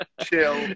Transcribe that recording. chill